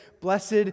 Blessed